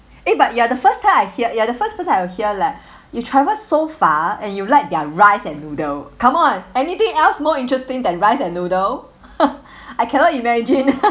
eh but you are the first time hear you are the first person I hear leh you travelled so far and you liked their rice and noodle come on anything else more interesting than rice and noodle I cannot imagine